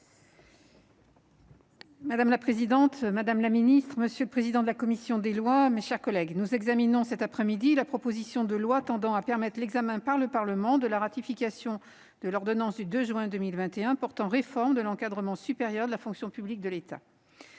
Madame la présidente, madame la ministre, mes chers collègues, nous examinons cette après-midi la proposition de loi tendant à permettre l'examen par le Parlement de la ratification de l'ordonnance du 2 juin 2021 portant réforme de l'encadrement supérieur de la fonction publique de l'État.